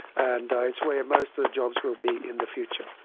and it's where most of the jobs will be in the future.